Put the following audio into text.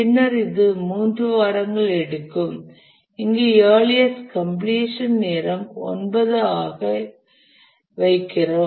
பின்னர்இது 3 வாரங்கள் எடுக்கும் இங்கு இயர்லியஸ்ட் கம்பிளீஷன் நேரம் ஆக 9 ஐ இங்கு வைக்கிறோம்